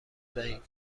دهید